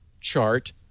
chart